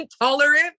intolerant